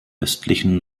östlichen